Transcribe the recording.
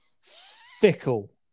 fickle